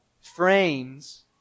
frames